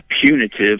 punitive